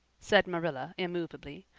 said marilla immovably.